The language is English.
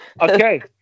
Okay